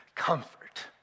Comfort